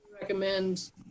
recommend